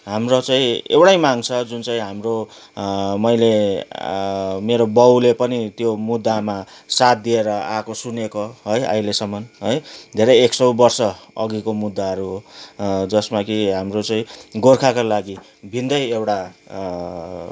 हाम्रो चाहिँ एउटै माग छ जुन चाहिँ हाम्रो ह मैले मेरो बाउले पनि त्यो मुद्दामा साथ दिएर आएको सुनेको है अहिलेसम्म है धेरै एक सौ बर्ष अघिको मुद्दाहरू हो जसमा कि हाम्रो चाहिँ गोर्खाको लागि भिन्नै एउटा